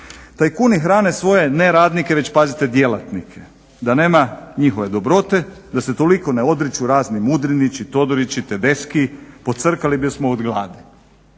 Tajkuni hrane svoje ne radnike već pazite djelatnike, da nema njihove dobrote, da se toliko ne odriču razni Mudrinići, Todorići, Tedeschi pocrkali bismo od gladi.